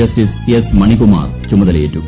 justice S Manikumar ചുമതലയേറ്റു